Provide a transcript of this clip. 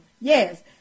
Yes